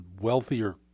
wealthier